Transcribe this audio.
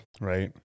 right